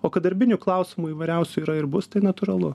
o kad darbinių klausimų įvairiausių yra ir bus tai natūralu